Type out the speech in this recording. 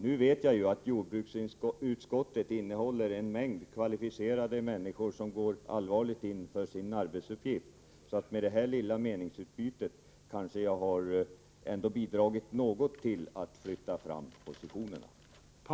Jag vet att det i jordbruksutskottet finns en mängd kvalificerade människor som på allvar går in för sin arbetsuppgift, så med detta lilla meningsutbyte har jag kanske ändå kunnat bidra till att flytta fram positionerna.